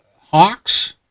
Hawks